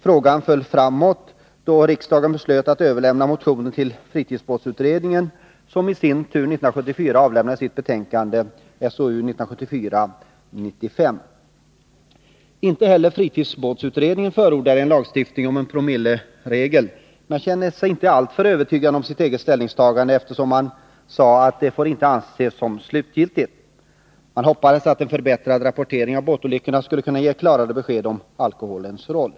Frågan föll framåt då riksdagen beslöt att överlämna motionen till fritidsbåtsutredningen, som i sin tur år 1974 avlämnade sitt betänkande SOU 1974:95. Inte heller fritidsbåtsutredningen förordade en lagstiftning om en promilleregel men kände sig inte alltför övertygad om sitt eget ställningstagande, eftersom man sade att det inte får anses slutgiltigt. Man hoppades att en förbättrad rapportering om båtolyckor skulle ge klarare besked om alkoholens roll.